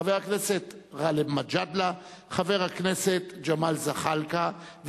חבר הכנסת גאלב מג'אדלה וחבר הכנסת ג'מאל זחאלקה,